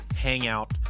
Hangout